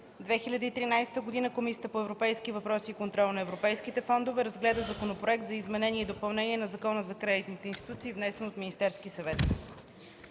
2013 г., Комисията по европейските въпроси и контрол на европейските фондове разгледа Законопроект за изменение и допълнение на Закона за кредитните институции, внесен от Министерския съвет.